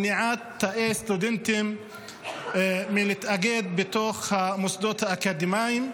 מניעת תאי סטודנטים מלהתאגד בתוך המוסדות האקדמיים.